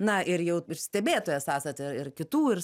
na ir jau ir stebėtojas esate ir kitų ir